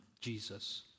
Jesus